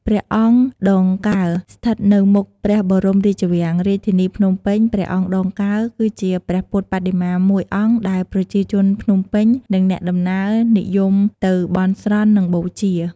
ព្រះអង្គដងកើ ស្ថិតនៅមុខព្រះបរមរាជវាំង រាជធានីភ្នំពេញ ព្រះអង្គដងកើ គឺជាព្រះពុទ្ធបដិមាមួយអង្គដែលប្រជាជនភ្នំពេញ និងអ្នកដំណើរនិយមទៅបន់ស្រន់ និងបូជា។